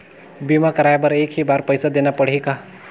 बीमा कराय बर एक ही बार पईसा देना पड़ही का?